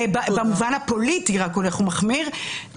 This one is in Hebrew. במובן הפוליטי הוא רק הולך ומחמיר,